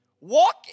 Walk